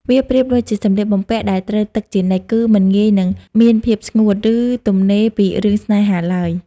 វាប្រៀបដូចជាសម្លៀកបំពាក់ដែលត្រូវទឹកជានិច្ច គឺមិនងាយនឹងមានពេលស្ងួត ឬទំនេរពីរឿងស្នេហាឡើយ។